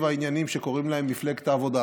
העניינים שקוראים להם מפלגת העבודה,